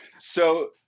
So-